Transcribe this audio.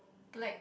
like